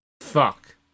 fuck